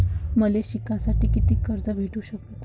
मले शिकासाठी कितीक कर्ज भेटू सकन?